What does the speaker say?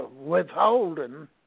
withholding